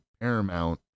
Paramount